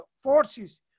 forces